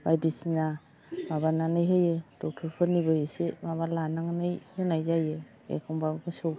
बायदिसिना माबानानै होयो डक्रटफोरनिबो एसे माबा लानानै होनाय जायो एखनबा मोसौ